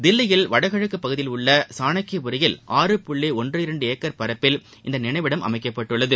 தில்லியின் வடக்குப்பகுதியில் உள்ள சாணக்கிபபுரியில் ஆறு புள்ளி ஒன்று இரண்டு ஏக்கர் பரப்பில் இந்த நினைவிடம் அமைக்கப்பட்டுள்ளது